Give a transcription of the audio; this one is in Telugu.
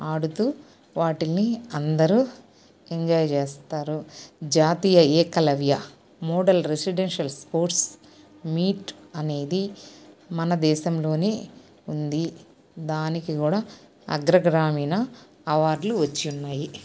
అడుతూ వాటిని అందరూ ఎంజాయ్ చేస్తారు జాతీయ Eklavya model residential sports meet అనేది మన దేశంలోనే ఉంది దానికి కూడా అగ్రగ్రామీణ అవార్డులు వచ్చియున్నాయి